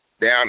Down